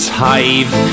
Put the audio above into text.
hive